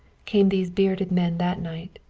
came these bearded men that night.